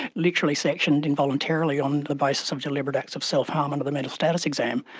literally sectioned involuntarily on the basis of deliberate acts of self-harm under the mental status exam.